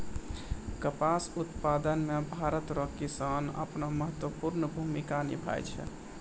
कपास उप्तादन मे भरत रो किसान अपनो महत्वपर्ण भूमिका निभाय छै